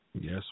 Yes